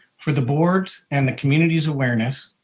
for the boards and the community's awareness,